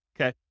okay